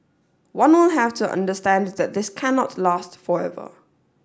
one will have to understand that this cannot last forever